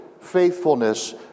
faithfulness